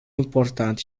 important